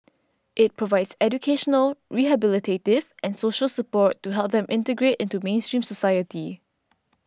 it provides educational rehabilitative and social support to help them integrate into mainstream society